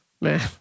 Man